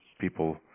people